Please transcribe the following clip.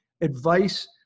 advice